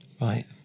Right